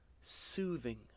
soothing